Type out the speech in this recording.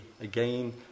again